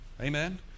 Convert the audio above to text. Amen